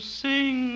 sing